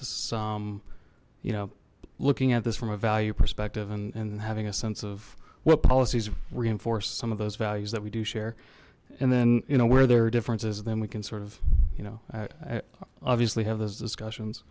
some you know looking at this from a value perspective and having a sense of what policies reinforced some of those values that we do share and then you know where there are differences then we can sort of you know i obviously have those discussions